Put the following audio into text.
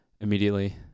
immediately